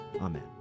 Amen